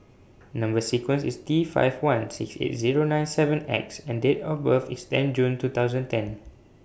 Number sequence IS T five one six eight Zero nine seven X and Date of birth IS ten June two thousand ten